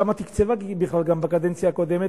כמה תקצבה בכלל בקדנציה הקודמת,